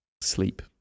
Sleep